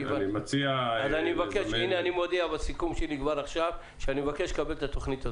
אני מודיע בסיכום שלי כבר עכשיו שאני מבקש לקבל את התוכנית הזו.